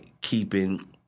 keeping